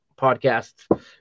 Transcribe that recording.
podcasts